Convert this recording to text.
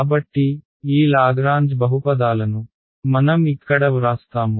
కాబట్టి ఈ లాగ్రాంజ్ బహుపదాలను మనం ఇక్కడ వ్రాస్తాము